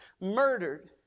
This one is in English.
murdered